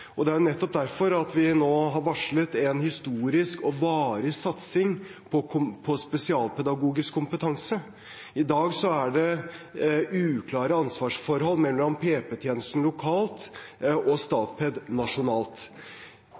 Det er nettopp derfor vi nå har varslet en historisk og varig satsing på spesialpedagogisk kompetanse. I dag er det uklare ansvarsforhold mellom PP-tjenesten lokalt og Statped nasjonalt.